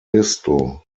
thistle